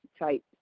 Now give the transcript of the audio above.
type